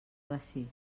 bací